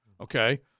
Okay